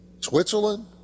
Switzerland